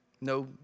No